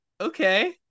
Okay